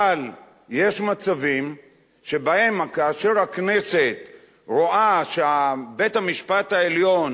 אבל יש מצבים שכאשר הכנסת רואה שבית-המשפט העליון